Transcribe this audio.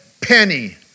penny